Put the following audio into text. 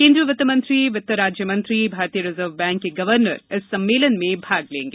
केन्द्रीय वित्तमंत्री वित्त राज्यमंत्री भारतीय रिजर्व बैंक के गवर्नर इस सम्मेलन में भाग लेंगे